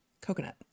coconut